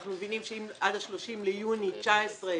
אנחנו מבינים שאם עד ה-30 ליוני 2019,